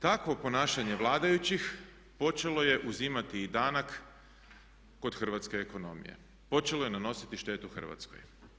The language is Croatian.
Takvo ponašanje vladajućih počelo je uzimati i danak kod hrvatske ekonomije, počelo je nanositi štetu Hrvatskoj.